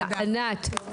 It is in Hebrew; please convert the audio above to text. << יור >> ענת,